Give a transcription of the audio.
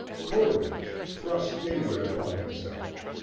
coleridge, thrust inward upon himself,